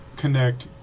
connect